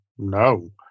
No